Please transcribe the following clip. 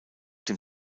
dem